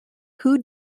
who